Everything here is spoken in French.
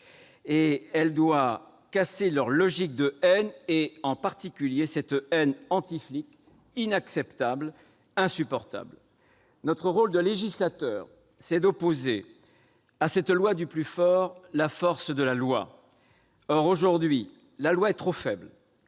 ; elle doit casser leur logique de haine, en particulier de haine anti-flics, qui est inacceptable et insupportable. Notre rôle de législateur est d'opposer à cette loi du plus fort la force de la loi. Or, aujourd'hui, la loi présente trop de